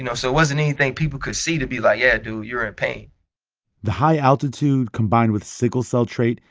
you know so it wasn't anything people could see to be like, yeah, dude, you're in ah pain the high altitude, combined with sickle cell trait,